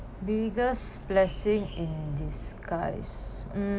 biggest blessing in disguise mm